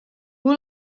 hoe